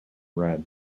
red